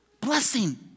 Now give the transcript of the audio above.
blessing